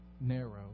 narrow